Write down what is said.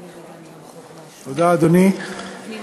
אדוני, תודה.